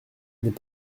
n’est